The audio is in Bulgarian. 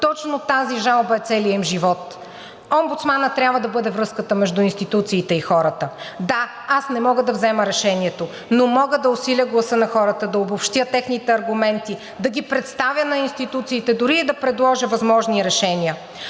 точно тази жалба е целият им живот. Омбудсманът трябва да бъде връзката между институциите и хората. Да, аз не мога да взема решението, но мога да усиля гласа на хората, да обобщя техните аргументи, да ги представя на институциите, дори и да предложа възможни решения